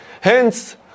Hence